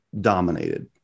dominated